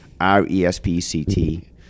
R-E-S-P-C-T